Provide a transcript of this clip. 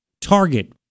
Target